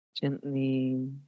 Gently